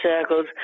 circles